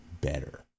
better